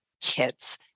kids